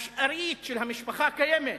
השארית של המשפחה קיימת,